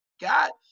God